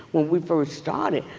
when we first started,